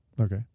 Okay